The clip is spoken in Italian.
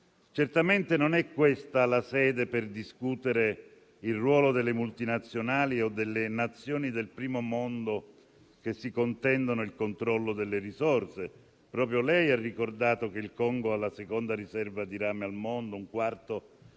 Certamente non è questa la sede per discutere il ruolo delle multinazionali o delle Nazioni del primo mondo che si contendono il controllo delle risorse. Proprio lei ha ricordato che il Congo ha la seconda riserva di rame al mondo, un quarto dell'oro